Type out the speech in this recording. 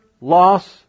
loss